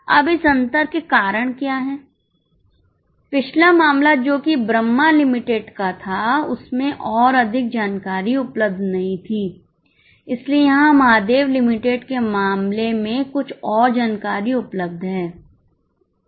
अब इस अंतर के कारण क्या हैं पिछला मामला जो कि ब्रह्मा लिमिटेड का था उसमें और अधिक जानकारी उपलब्ध नहीं थी लेकिन यहां महादेव लिमिटेड के मामले में कुछ और जानकारी उपलब्ध है